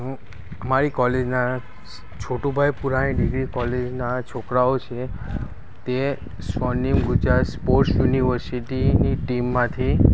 હું મારી કોલેજના છોટુભાઈ પુરાણી ડિગ્રી કોલેજના છોકરાઓ છે તે સ્વર્ણિમ ગુજરાત સ્પોર્ટ્સ યુનિવર્સિટીની ટીમમાંથી